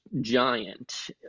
giant